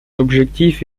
objectif